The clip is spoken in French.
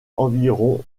environ